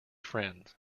friends